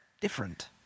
different